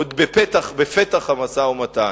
עוד בפתח המשא-ומתן.